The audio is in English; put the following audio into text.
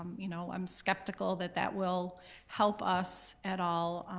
you know, i'm skeptical that that will help us at all.